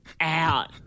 out